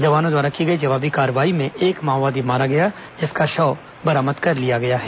जवानों द्वारा की गई जवाबी कार्रवाई में एक माओवादी मारा गया जिसका शव बरामद कर लिया गया है